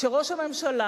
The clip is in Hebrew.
כשראש הממשלה,